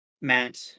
Matt